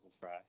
fry